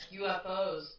UFOs